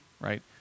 right